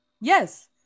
Yes